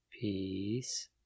Peace